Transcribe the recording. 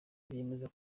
bemeza